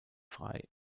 frei